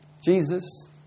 Jesus